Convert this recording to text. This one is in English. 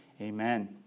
Amen